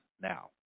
now